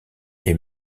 est